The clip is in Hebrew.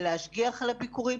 כדי להשגיח על הביקורים.